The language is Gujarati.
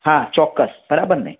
હા ચોક્કસ બરાબર ને